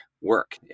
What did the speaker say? work